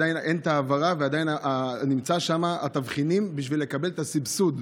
עדיין אין העברה ויש תבחינים בשביל לקבל את הסבסוד.